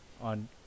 on